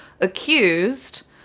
accused